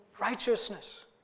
righteousness